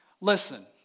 listen